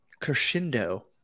crescendo